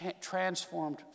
transformed